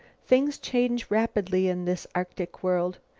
things change rapidly in this arctic world.